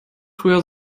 früher